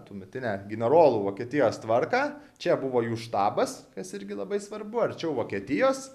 tuometinę generolų vokietijos tvarką čia buvo jų štabas kas irgi labai svarbu arčiau vokietijos